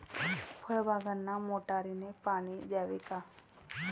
फळबागांना मोटारने पाणी द्यावे का?